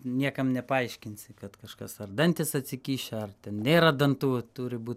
niekam nepaaiškinsi kad kažkas ar dantys atsikišę ar ten nėra dantų turi bū